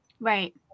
Right